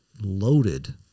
loaded